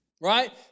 Right